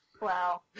Wow